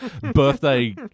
birthday